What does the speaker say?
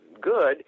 good